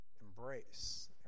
embrace